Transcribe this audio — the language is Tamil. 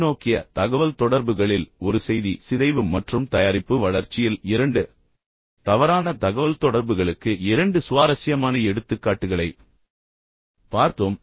கீழ்நோக்கிய தகவல்தொடர்புகளில் ஒரு செய்தி சிதைவு மற்றும் தயாரிப்பு வளர்ச்சியில் இரண்டு தவறான தகவல்தொடர்புகளுக்கு இரண்டு சுவாரஸ்யமான எடுத்துக்காட்டுகளைப் பார்த்தோம்